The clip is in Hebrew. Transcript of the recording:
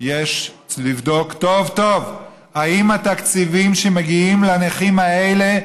יש לבדוק טוב טוב אם התקציבים שמגיעים לנכים האלה,